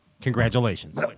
Congratulations